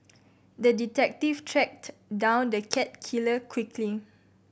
the detective tracked down the cat killer quickly